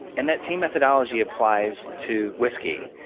and that same methodology applies to whiskey.